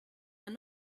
are